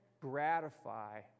gratify